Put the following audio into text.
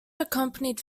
accompanied